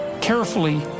carefully